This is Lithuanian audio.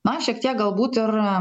na šiek tiek galbūt ir